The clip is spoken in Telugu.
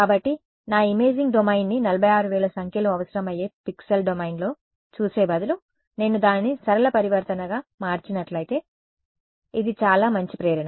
కాబట్టి నా ఇమేజింగ్ డొమైన్ని 46000 సంఖ్యలు అవసరమయ్యే పిక్సెల్ డొమైన్లో చూసే బదులు నేను దానిని సరళ పరివర్తనగా మార్చినట్లయితే ఇది చాలా మంచి ప్రేరణ